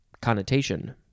connotation